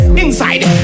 inside